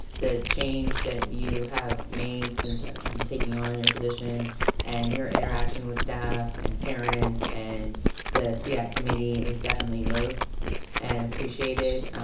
the change that you have made since taking on your position and your interaction with staff and parents and the seac committee is definitely noticed and appreciated.